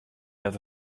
dat